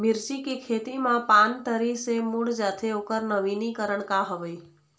मिर्ची के खेती मा पान तरी से मुड़े जाथे ओकर नवीनीकरण का हवे?